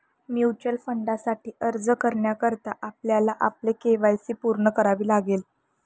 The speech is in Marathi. म्युच्युअल फंडासाठी अर्ज करण्याकरता आपल्याला आपले के.वाय.सी पूर्ण करावे लागणार